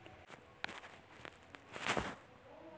खेत को तैयार करने के लिए कौन सा उपकरण उपयोगी रहता है?